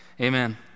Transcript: amen